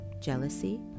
jealousy